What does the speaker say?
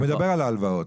הוא מדבר על ההלוואות.